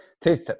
taste